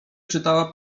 czytała